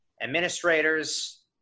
administrators